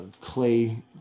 clay